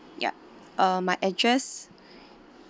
ya uh my address